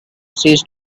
ceased